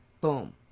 Boom